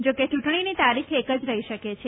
જા કે ચૂંટણીની તારીખ એક જ રહી શકે છે